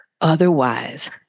Otherwise